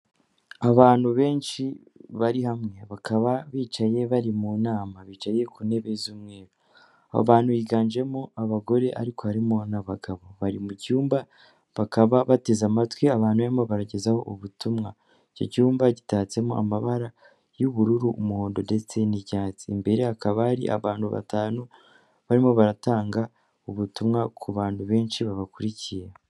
Abantu benshi bari hamwe, bakaba bicaye bari mu nama, bicaye ku ntebe z'umweru, abo bantu biganjemo abagore ariko harimo abagabo, bari mu cyumba bakaba bateze amatwi abantu barimo baragezaho ubutumwa, icyo cyumba gitatsemo amabara y'ubururu, umuhondo ndetse n'icyatsi, imbere hakaba hari abantu batanu, barimo batanga ubutumwa ku bantu benshi babakurikiye.